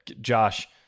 Josh